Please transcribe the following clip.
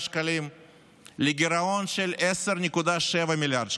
שקלים לגירעון של 10.7 מיליארד שקלים,